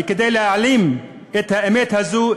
כדי להעלים את האמת הזו,